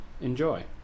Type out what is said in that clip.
enjoy